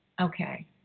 okay